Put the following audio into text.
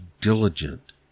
diligent